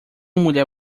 mulher